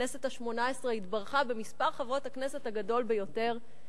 הכנסת השמונה-עשרה התברכה במספר חברות הכנסת הגדול ביותר,